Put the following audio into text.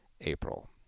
April